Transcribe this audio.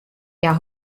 hja